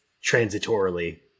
Transitorily